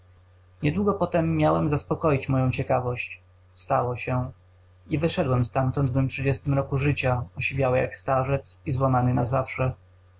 niedługo potem miałem zaspokoić moją ciekawość stało się i wyszedłem stamtąd w mym trzydziestym roku życia osiwiały jak starzec i złamany na zawsze